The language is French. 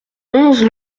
onze